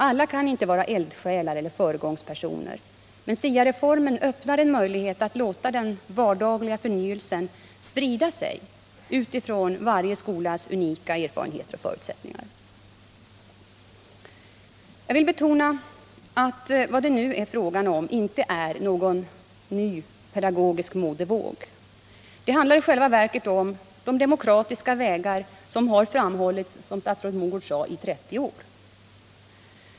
Alla kan inte vara eldsjälar och föregångspersoner, men SIA-reformen öppnar en möjlighet att låta den vardagliga förnyelsen sprida sig utifrån varje skolas unika erfarenheter och förutsättningar. Jag vill betona att det nu inte är fråga om någon ny pedagogisk mo devåg. Det handlar i själva verket om de pedagogiska vägar som framhållits — som också statsrådet Mogård sade — i 30 år.